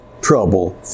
trouble